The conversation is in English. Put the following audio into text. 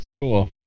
cool